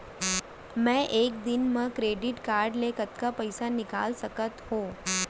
मैं एक दिन म क्रेडिट कारड से कतना पइसा निकाल सकत हो?